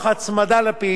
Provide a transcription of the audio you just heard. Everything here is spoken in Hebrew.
במהלך התקופה